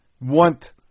want